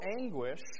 anguish